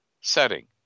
setting